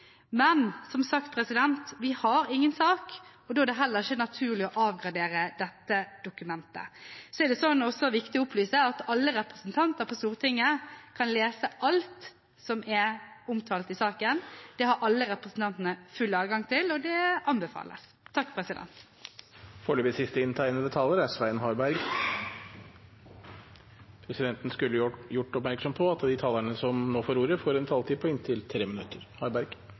Men som sagt, så har vi ingen sak, og da er det heller ikke naturlig å avgradere dette dokumentet. Så er det også viktig å opplyse at alle representanter på Stortinget kan lese alt som er omtalt i saken. Det har alle representantene full adgang til, og det anbefales. Presidenten skulle gjort oppmerksom på at de talerne som nå får ordet, får en taletid på inntil 3 minutter.